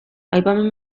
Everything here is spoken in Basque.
aipamen